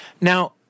Now